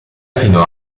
fino